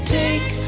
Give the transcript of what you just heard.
take